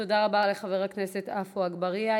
תודה רבה לחבר הכנסת עפו אגבאריה.